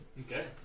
Okay